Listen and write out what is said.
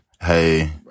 hey